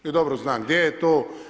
I dobro znam gdje je to.